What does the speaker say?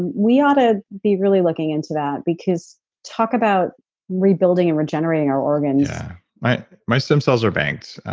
we ought to be really looking into that because talk about rebuilding and regenerating our organs my my stem cells are banked,